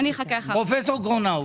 פרופ' פרונאו.